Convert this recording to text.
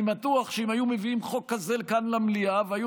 אני בטוח שאם היו מביאים חוק כזה כאן למליאה והיו